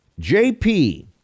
jp